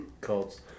Colts